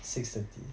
six thirty